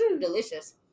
delicious